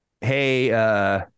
hey